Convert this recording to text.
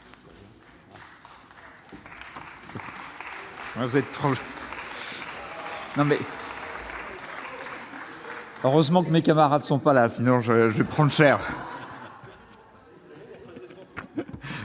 Heureusement que mes camarades sont pas là sinon je je prends cher.